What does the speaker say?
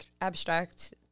abstract